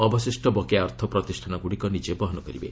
ଅବଶିଷ୍ଟ ବକେୟା ଅର୍ଥ ପ୍ରତିଷ୍ଠାନଗୁଡ଼ିକ ନିଜେ ବହନ କରିବେ